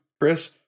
Chris